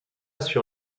sur